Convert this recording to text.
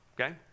okay